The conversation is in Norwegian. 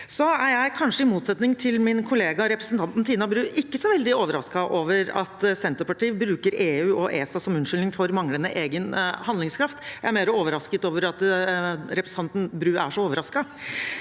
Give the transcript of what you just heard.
jeg, kanskje i motsetning til min kollega representanten Tina Bru, ikke så veldig overrasket over at Senterpartiet bruker EU og ESA som unnskyldning for manglende egen handlingskraft. Jeg er mer overrasket over at representanten Bru er så overrasket.